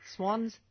Swans